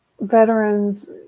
veterans